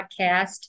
podcast